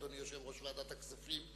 אדוני יושב-ראש ועדת הכספים,